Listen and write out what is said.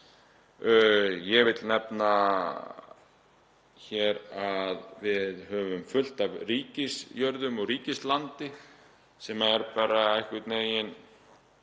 Ég vil nefna hér að við höfum fullt af ríkisjörðum og ríkislandi sem er bara einhvern veginn